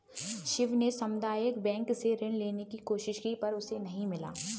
शिव ने सामुदायिक बैंक से ऋण लेने की कोशिश की पर उसे नही मिला